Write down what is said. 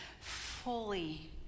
fully